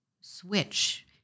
switch